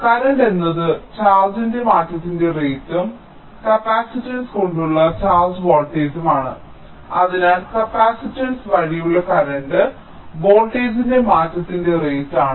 current എന്നത് ചാർജിന്റെ മാറ്റത്തിന്റെ റേറ്റും കപ്പാസിറ്റൻസ് കൊണ്ടുള്ള ചാർജ് വോൾട്ടേജുമാണ് അതിനാൽ കപ്പാസിറ്റൻസ് വഴിയുള്ള കറന്റ് വോൾട്ടേജിന്റെ മാറ്റത്തിന്റെ റേറ്റ് ആണ്